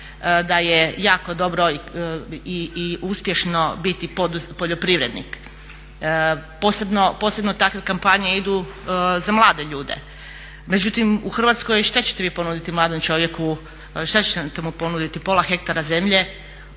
da je jako dobro i uspješno biti poljoprivrednik. Posebno takve kampanje idu za mlade ljude. Međutim, u Hrvatskoj šta ćete vi ponuditi mladom čovjeku, šta ćete mu ponuditi pola hektara zemlje.